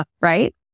right